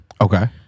Okay